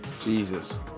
Jesus